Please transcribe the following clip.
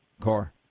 car